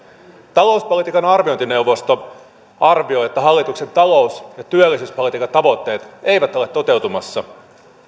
talouspolitiikan arviointineuvosto arvioi että hallituksen talous ja työllisyyspolitiikan tavoitteet eivät ole toteutumassa